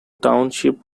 township